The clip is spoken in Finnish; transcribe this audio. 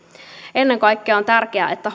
ennen kaikkea on tärkeää että